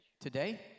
today